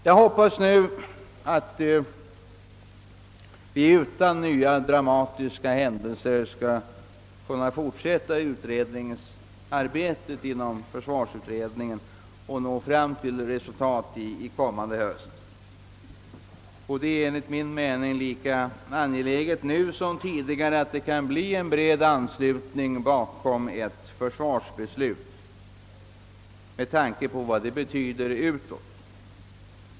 Jag hoppas nu att vi utan nya dramatiska händelser skall kunna fortsätta arbetet inom försvarsutredningen och uppnå resultat till kommande höst. Det är enligt min mening lika angeläget nu som tidigare med bred anslutning bakom ett försvarsbeslut, särskilt med tanke på vad detta betyder utåt.